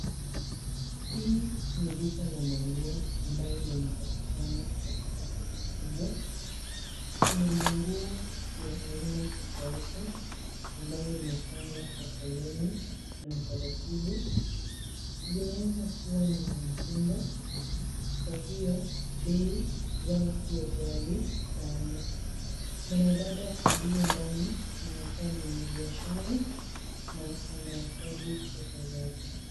Hii ni duka la manguo ambayo linapatikana katika soko kubwa. Kuna manguo ya aina tofauti ambayo imepangwa kwa foleni na utaratibu. Zinaeza kuwa ni za mtumba kwa hiyo bei zao sio ghali sana. Mwanadada aliye ndani anakaa mwenye biashara na anahesabu pesa zake.